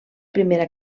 primera